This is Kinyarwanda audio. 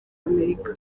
amerika